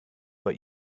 but